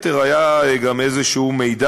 בין היתר, היה גם איזה מידע